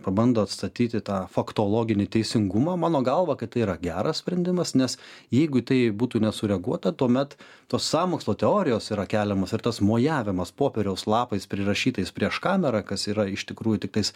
pabando atstatyti tą faktologinį teisingumą mano galva kad tai yra geras sprendimas nes jeigu į tai būtų nesureaguota tuomet tos sąmokslo teorijos yra keliamos ir tas mojavimas popieriaus lapais prirašytais prieš kamerą kas yra iš tikrųjų tiktais